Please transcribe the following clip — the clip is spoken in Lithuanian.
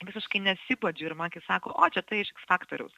visiškai nesibodžiu ir man kai sako o čia ta iš iks faktoriaus